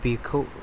बेखौ